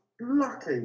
lucky